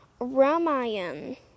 Ramayan